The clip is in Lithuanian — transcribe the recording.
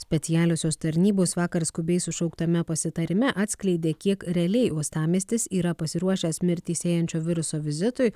specialiosios tarnybos vakar skubiai sušauktame pasitarime atskleidė kiek realiai uostamiestis yra pasiruošęs mirtį sėjančio viruso vizitui